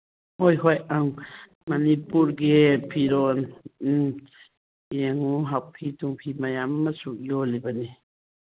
ꯍꯣꯏ ꯍꯣꯏ ꯑꯪ ꯃꯅꯤꯄꯨꯔꯒꯤ ꯐꯤꯔꯣꯜ ꯎꯝ ꯌꯦꯡꯉꯨ ꯍꯥꯎꯐꯤ ꯅꯨꯡꯐꯤ ꯃꯌꯥꯝ ꯑꯃꯁꯨ ꯌꯣꯜꯂꯤꯕꯅꯤ